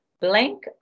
blank